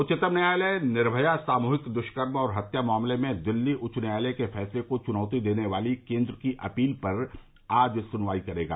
उच्चतम न्यायालय निर्मया सामूहिक दृष्कर्म और हत्या मामले में दिल्ली उच्च न्यायालय के फैसले को चुनौती देने वाली केन्द्र की अपील पर आज सुनवाई करेगा